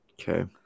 okay